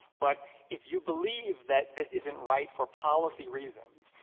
but if you believe that this isn't right for policy reasons,